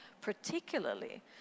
particularly